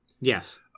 yes